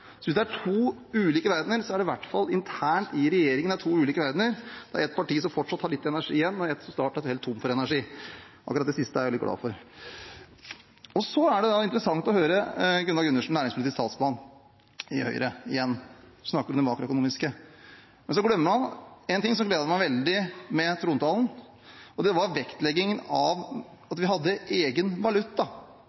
Hvis det er to ulike verdener, er det i så fall internt i regjeringen det er to ulike verdener – det er ett parti som fortsatt har litt energi igjen, og ett som snart er helt tomt for energi. Akkurat det siste er jeg litt glad for. Det er interessant å høre Gunnar Gundersen, næringspolitisk talsmann i Høyre, snakke om det makroøkonomiske. Men han glemmer en ting som gledet meg veldig med trontalen, og det var vektleggingen av at vi hadde egen valuta.